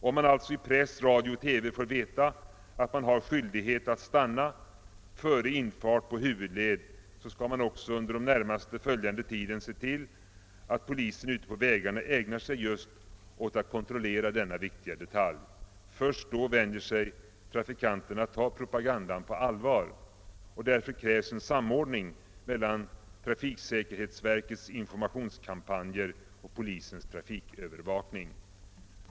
Om man alltså i press, radio och TV får veta, att man har skyldighet att stanna före infart på huvudled, skall det också under den närmast följande tiden tillses, att polisen ute på vägarna ägnar sig åt att kontrollera just denna detalj. Först då vänjer sig trafikanten vid att ta propagandan på allvar. Därför krävs en samordning mellan trafiksäkerhetsverkets informationskampanjer och polisens trafikövervakning.